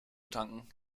tanken